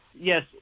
yes